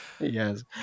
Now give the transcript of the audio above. Yes